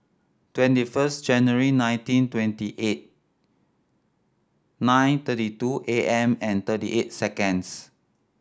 twenty first January nineteen twenty eight nine thirty two A M and thirty eight seconds